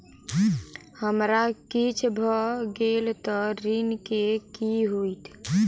हमरा किछ भऽ गेल तऽ ऋण केँ की होइत?